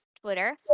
Twitter